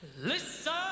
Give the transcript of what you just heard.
Listen